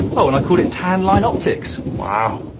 oh, and i call it tan line optics. wow.